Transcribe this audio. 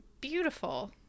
beautiful